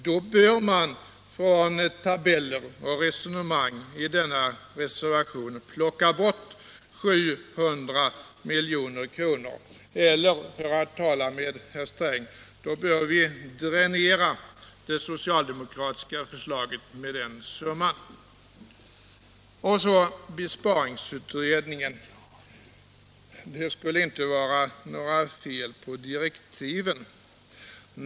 Då bör man från tabeller och resonemang i denna reservation plocka bort 700 milj.kr. eller, för att tala med herr Sträng, då bör vi dränera det socialdemokratiska förslaget med den summan. Sedan till besparingsutredningen. Det var inte några fel på direktiven, har det anförts.